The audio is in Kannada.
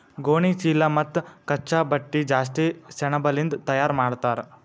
ಗೋಣಿಚೀಲಾ ಮತ್ತ್ ಕಚ್ಚಾ ಬಟ್ಟಿ ಜಾಸ್ತಿ ಸೆಣಬಲಿಂದ್ ತಯಾರ್ ಮಾಡ್ತರ್